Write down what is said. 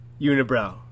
unibrow